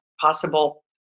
possible